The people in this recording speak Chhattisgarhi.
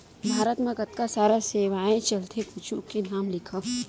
भारत मा कतका सारा सेवाएं चलथे कुछु के नाम लिखव?